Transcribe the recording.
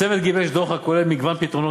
הצוות גיבש דוח הכולל מגוון פתרונות